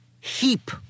heap